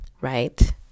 right